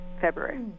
February